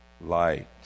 light